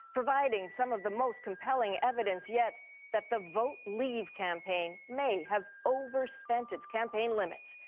providing some of the most compelling evidence yet that the vote leave campaign may have overspent its campaign limits,